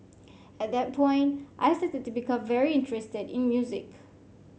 at that point I started to become very interested in music